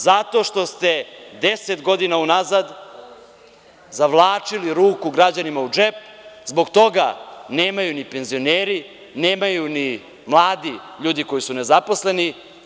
Zato što ste 10 godina unazad zavlačili ruku građanima u džep, pa zbog toga nemaju ni penzioneri, nemaju ni mladi ljudi koji su nezaposleni.